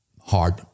hard